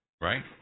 right